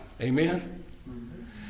amen